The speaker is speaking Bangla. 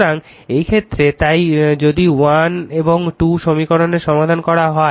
সুতরাং এই ক্ষেত্রে তাই যদি 1 এবং 2 সমীকরণের সমাধান করা হয়